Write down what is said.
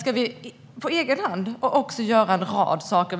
ska vi på egen hand också göra en rad saker.